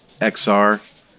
XR